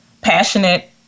passionate